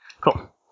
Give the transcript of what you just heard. Cool